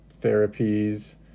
therapies